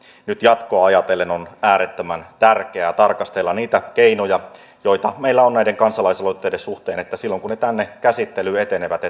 nyt jatkoa ajatellen on äärettömän tärkeää tarkastella niitä keinoja joita meillä on näiden kansalaisaloitteiden suhteen että silloin kun ne tänne käsittelyyn etenevät